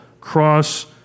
cross